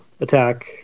attack